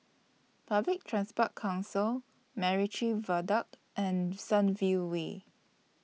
Public Transport Council Macritchie Viaduct and Sunview Way